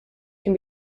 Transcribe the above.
can